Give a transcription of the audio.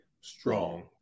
strong